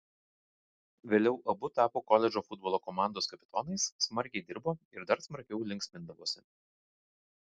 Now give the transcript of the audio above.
vėliau abu tapo koledžo futbolo komandos kapitonais smarkiai dirbo ir dar smarkiau linksmindavosi